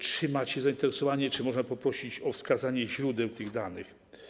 Czy macie takie zainteresowanie czy można poprosić o wskazanie źródeł tych danych?